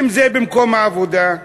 אם במקום העבודה,